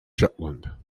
jutland